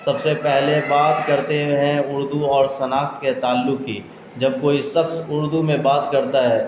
سب سے پہلے بات کرتے ہیں اردو اور شناخت کے تعلقق کی جب کوئی شخص اردو میں بات کرتا ہے